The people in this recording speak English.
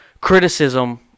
criticism